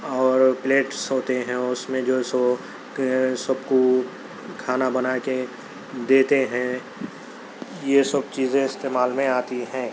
اور پلیٹس ہوتے ہیں اور اُس میں جو سو سب کو کھانا بنا کے دیتے ہیں یہ سب چیزیں استعمال میں آتی ہیں